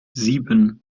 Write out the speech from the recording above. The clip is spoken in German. sieben